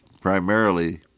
primarily